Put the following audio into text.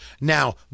Now